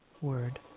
word